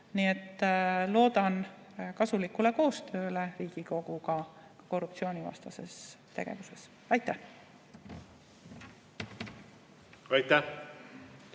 Loodan kasulikule koostööle Riigikoguga korruptsioonivastases tegevuses. Aitäh! Aitäh!